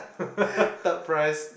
third prize